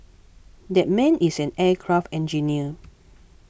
that man is an aircraft engineer